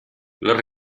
les